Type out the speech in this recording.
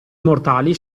mortali